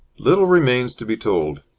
little remains to be told.